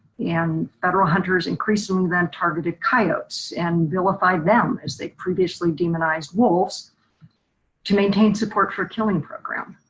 and federal hunters increasingly then targeted coyotes and vilified them as they previously demonized wolves to maintain support for killing program.